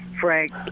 Frank